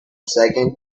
second